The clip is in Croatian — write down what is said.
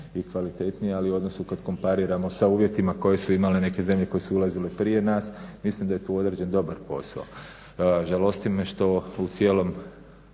i kvalitetnije, ali u odnosu kad kompariramo sa uvjetima koje su imale neke zemlje koje su ulazile prije nas mislim da je tu odrađen dobar posao. Žalosti me što u cijelom